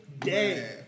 day